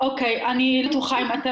רק לגעת